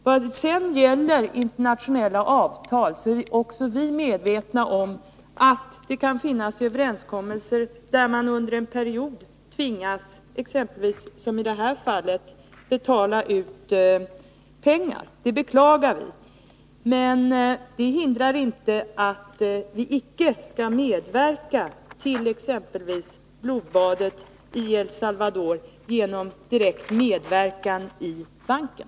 Vad sedan gäller internationella avtal är också vi medvetna om att det kan finnas överenskommelser enligt vilka man under en period tvingas — exempelvis som i det här fallet — betala ut pengar. Det beklagar vi. Men det hindrar inte att vi icke skall medverka till exempelvis blodbadet i El Salvador genom direkt medverkan i banken.